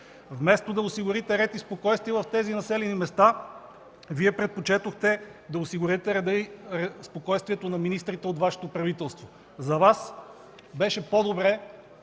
Вместо да осигурите ред и спокойствие в тези населени места, Вие предпочетохте да осигурите реда и спокойствието на министрите от Вашето правителство. За Вас беше по-добре